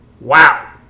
wow